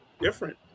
different